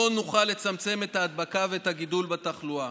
לא נוכל לצמצם את ההדבקה ואת הגידול בתחלואה.